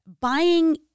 buying